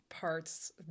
parts